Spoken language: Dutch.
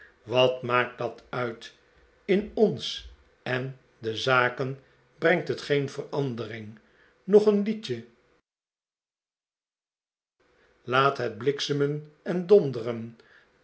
wat maakt dat uit in ons en de zaken brengt het geen verandering nog een liedje laut het bliksemen